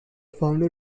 founder